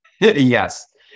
Yes